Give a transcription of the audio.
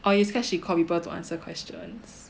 oh you scared she call people to answer questions